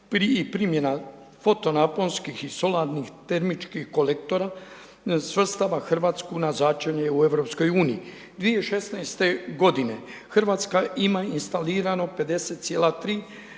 i primjena fotonaposnkih i solarnih termičkih kolektora, svrstava Hrvatsku na začelje u EU. 2016. g. Hrvatska ima instalirano 50,3